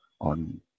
on